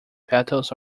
petals